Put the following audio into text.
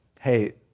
hey